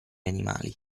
animali